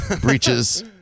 breaches